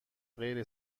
غیر